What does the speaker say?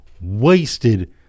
wasted